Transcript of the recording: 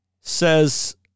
says